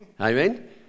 Amen